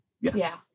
Yes